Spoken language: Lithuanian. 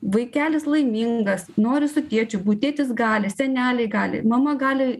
vaikelis laimingas nori su tėčiu būt tėtis gali seneliai gali mama gali